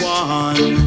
one